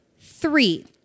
three